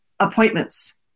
appointments